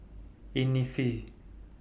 Innisfree